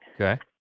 Okay